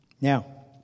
Now